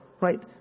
Right